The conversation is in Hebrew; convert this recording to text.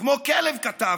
'כמו כלב', כתבתי.